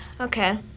Okay